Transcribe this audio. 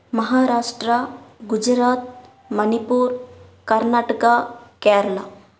Maharashtra Gujarat Manipur Karnataka Kerala